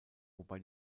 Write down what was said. wobei